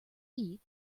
eat